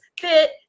fit